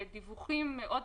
תיאורים של